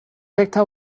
victor